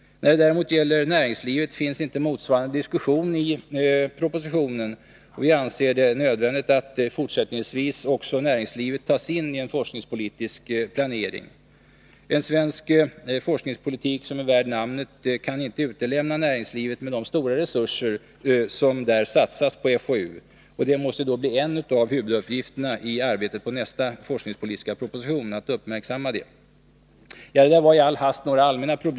När det däremot gäller näringslivet finns inte motsvarande diskussion i propositionen. Vi anser det nödvändigt att fortsättningsvis också näringslivet tas in i en forskningspolitisk planering. En svensk forskningspolitik, som är värd namnet, kan inte utelämna näringslivet med de stora resurser som där satsas på FoU. Det måste bli en av huvuduppgifterna i arbetet med nästa forskningspolitiska proposition att uppmärksamma det problemet. Ja, det var i all hast några allmänna synpunkter.